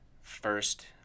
first